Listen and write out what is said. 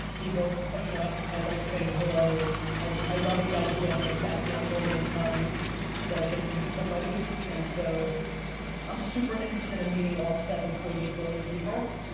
you know i like saying hello, i love the idea of like that one moment in time that i get to meet somebody and so i'm super interested in meeting all seven point eight billion people.